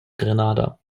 grenada